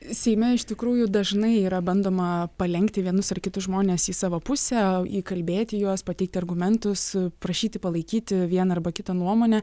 seime iš tikrųjų dažnai yra bandoma palenkti vienus ar kitus žmones į savo pusę įkalbėti juos pateikti argumentus prašyti palaikyti vieną arba kitą nuomonę